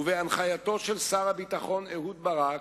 ובהנחייתו של שר הביטחון אהוד ברק,